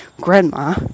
grandma